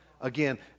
Again